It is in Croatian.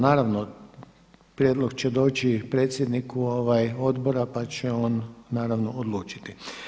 Naravno prijedlog će doći predsjedniku odbora pa će on naravno odlučiti.